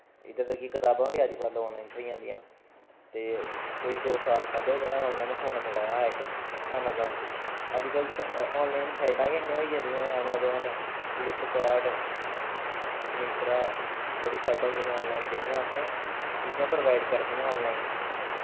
इद्धर ते कि कताबां बी अज्ज कल आनलाइन थ्होई जंदियां ते कोई दो साल पैह्लें में आनलाइन फोन मंगाया हा में इक ऐमाजोन तों अज्जकल आनलाइन साइडां गै इन्नियां होई गेदियां न आनलाइन ऐमाजोन फ्लिपकार्ट मिंत्रा बड़ी साइडां होई गेदियां आनलाइन जेह्ड़ी असें चीजां प्रोवाइड करदियां आनलाइन